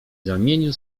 zamienił